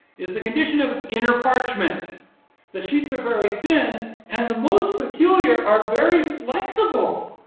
is the condition of its inner parchment. the sheets are very thin, and, the most peculiar, are very flexible,